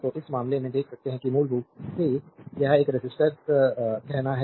तो इस मामले में देख सकते हैं कि मूल रूप से यह एक रेसिस्टर्स कहना है